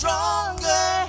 Stronger